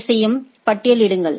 S யையும் பட்டியலிடுங்கள்